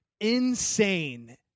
insane